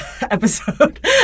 episode